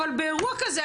אבל באירוע כזה,